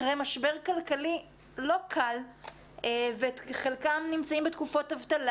אחרי משבר כלכלי לא קל וחלקם נמצאים בתקופות אבטלה